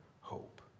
hope